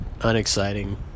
unexciting